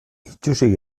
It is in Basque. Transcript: itsusi